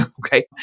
okay